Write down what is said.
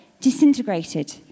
disintegrated